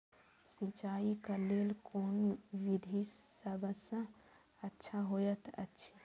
सिंचाई क लेल कोन विधि सबसँ अच्छा होयत अछि?